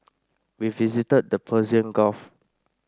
we visited the Persian Gulf